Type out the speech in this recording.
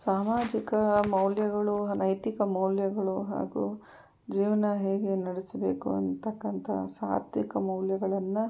ಸಾಮಾಜಿಕ ಮೌಲ್ಯಗಳು ನೈತಿಕ ಮೌಲ್ಯಗಳು ಹಾಗೂ ಜೀವನ ಹೇಗೆ ನಡೆಸಬೇಕು ಅಂತಕ್ಕಂಥ ಸಾತ್ವಿಕ ಮೌಲ್ಯಗಳನ್ನು